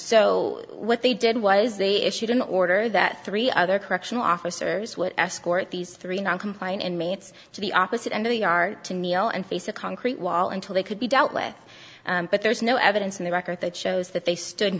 so what they did was they issued an order that three other correctional officers would escort these three non compliant inmates to the opposite end of the are to kneel and face a concrete wall until they could be dealt with but there's no evidence in the record that shows that they stood